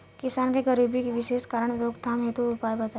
किसान के गरीबी के विशेष कारण रोकथाम हेतु उपाय?